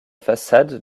façade